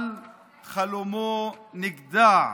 אבל חלומו נגדע,